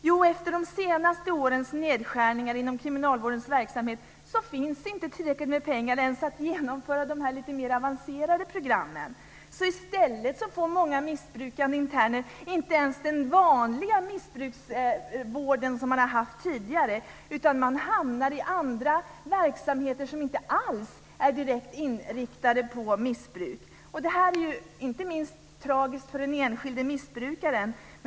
Jo, efter de senaste årens nedskärningar inom kriminalvårdens verksamhet finns inte tillräckligt med pengar att genomföra de mer avancerade programmen. I stället får många missbrukande interner inte ens den vanliga missbruksvård som de har haft tidigare, utan de hamnar i andra verksamheter som inte alls är direkt inriktade på missbruk. Det är inte minst tragiskt för den enskilde missbrukaren.